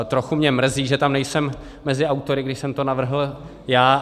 Trochu mě mrzí, že tam nejsem mezi autory, když jsem to navrhl já.